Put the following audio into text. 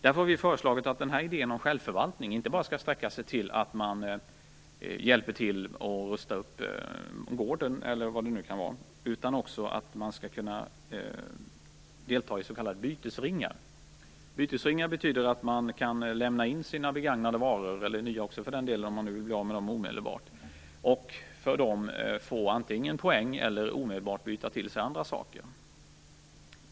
Därför har vi föreslagit att idén om självförvaltning inte bara skall sträcka sig till att man hjälper till att rusta upp gården, eller vad det nu kan handla om, utan man skall också kunna delta i s.k. bytesringar. Bytesringar betyder att man kan lämna in sina begagnade varor - för den delen även nya om man vill bli av med dem - och för dem få antingen poäng eller omedelbart byta till sig andra saker.